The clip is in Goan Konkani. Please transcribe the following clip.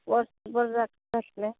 वर्सभर जात आसलें